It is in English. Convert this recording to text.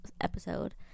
episode